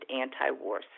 anti-war